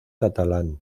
catalán